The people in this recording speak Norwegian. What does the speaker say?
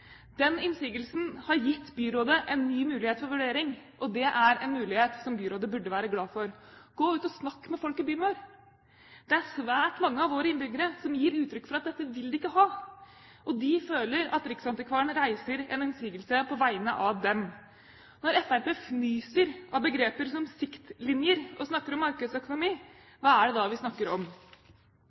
Den innsigelsen har gitt byrådet en ny mulighet for vurdering, og det er en mulighet som byrådet burde være glad for. Gå ut og snakk med folk i byen vår. Det er svært mange av våre innbyggere som gir uttrykk for at dette vil de ikke ha. De føler at riksantikvaren reiser en innsigelse på vegne av dem. Når Fremskrittspartiet fnyser av begreper som siktlinjer og snakker om markedsøkonomi, hva er det da vi snakker om?